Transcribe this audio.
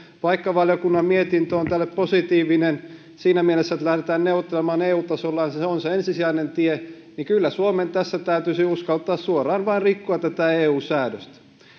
vaikka valiokunnan mietintö on tälle positiivinen siinä mielessä että lähdetään neuvottelemaan eu tasolla ja se se on se ensisijainen tie niin kyllä suomen tässä täytyisi uskaltaa suoraan vain rikkoa tätä eu säädöstä